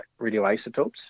radioisotopes